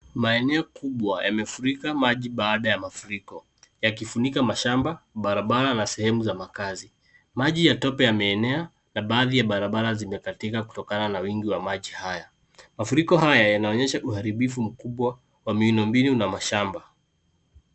Maeneo kubwa yamefurika maji baada ya mafuriko, yakifunika mashamba, barabara na sehemu za makazi. Maji ya tope yameenea na baadhi ya barabara zimekatika kutokana na wingi wa maji haya. Mafuriko haya yanaonyesha uharibifu mkubwa kwa miundombinu na mashamba.